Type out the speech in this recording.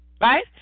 right